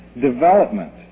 development